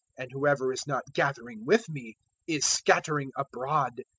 and whoever is not gathering with me is scattering abroad.